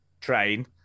train